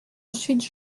ensuite